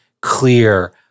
clear